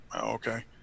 okay